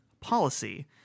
policy